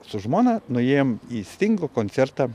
su žmona nuėjom į stingo koncertą